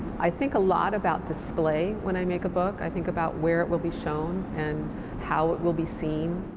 i think a lot about display when i make a book, i think about where it will be shown and how it will be seen.